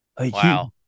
Wow